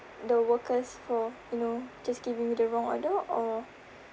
the workers for you know just giving the wrong order or